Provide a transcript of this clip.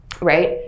right